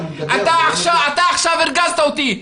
אתה עכשיו הרגזת אותי.